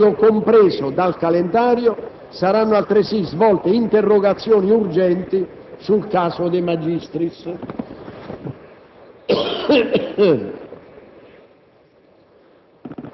Nel periodo compreso dal calendario saranno altresì svolte interrogazioni urgenti sul caso De Magistris.